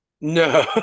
No